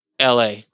LA